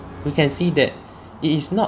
you can see that it is not